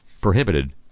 prohibited